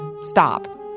stop